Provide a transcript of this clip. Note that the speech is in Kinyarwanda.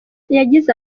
yagize